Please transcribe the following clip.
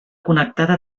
connectada